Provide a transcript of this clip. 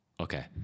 Okay